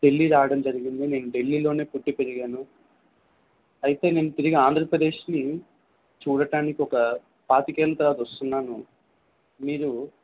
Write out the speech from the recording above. ఢిల్లీ రావడం జరిగింది నేను ఢిల్లీలోనే పుట్టి పెరిగాను అయితే నేను తిరిగి ఆంధ్రప్రదేశ్ని చూడటానికి ఒక పాతిక ఏళ్ల తరువాత వస్తున్నాను మీరు